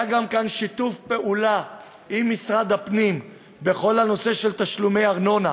היה גם כאן שיתוף פעולה עם משרד הפנים בכל הנושא של תשלומי ארנונה.